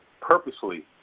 purposely